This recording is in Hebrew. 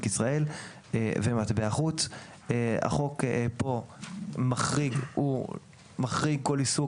ישראל ומטבע חוץ; החוק פה מחריג כל עיסוק